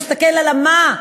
תסתכל על המה.